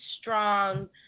strong